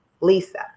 Lisa